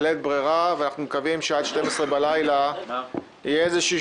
ואנחנו מקווים שעד השעה 24:00 יהיה איזשהו